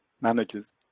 managers